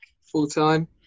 full-time